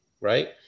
Right